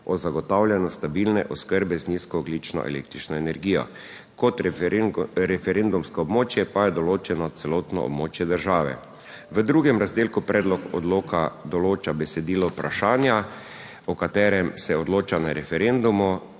o zagotavljanju stabilne oskrbe z nizkoogljično električno energijo. Kot referendumsko območje pa je določeno celotno območje države. V drugem razdelku predlog odloka določa besedilo vprašanja, o katerem se odloča na referendumu.